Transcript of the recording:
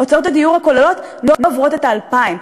הוצאות הדיור הכוללות לא עוברות את ה-2,000.